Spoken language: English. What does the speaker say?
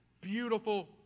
beautiful